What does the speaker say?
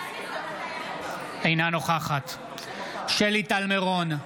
אינה נוכחת שלי טל מירון,